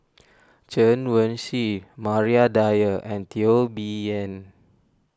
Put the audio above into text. Chen Wen Hsi Maria Dyer and Teo Bee Yen